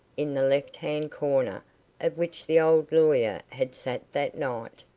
in the left hand corner of which the old lawyer had sat that night.